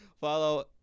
Follow